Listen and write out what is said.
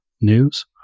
news